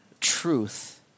truth